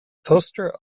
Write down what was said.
poster